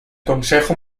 consejo